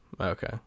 Okay